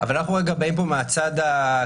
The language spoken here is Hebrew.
אבל אנחנו רגע באים לפה מהצד הכלכלי,